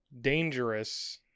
dangerous